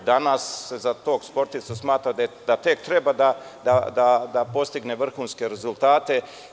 Danas se za tog sportistu smatra da tek treba da postigne vrhunske rezultate.